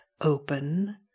open